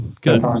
good